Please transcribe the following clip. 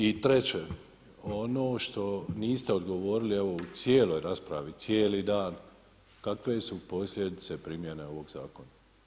I treće, ono što niste odgovorili u cijeloj raspravi cijeli dan kakve su posljedice primjene ovog zakona.